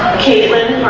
caitlin